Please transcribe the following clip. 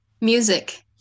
Music